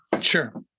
sure